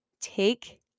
take